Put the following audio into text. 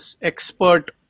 expert